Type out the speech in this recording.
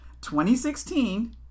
2016